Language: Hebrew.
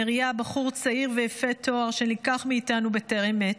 נריה בחור צעיר ויפה תואר שנלקח מאיתנו בטרם עת.